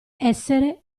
essere